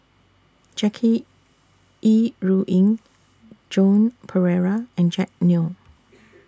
Jackie Yi Ru Ying Joan Pereira and Jack Neo